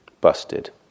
busted